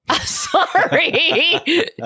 Sorry